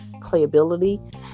playability